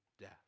death